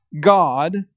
God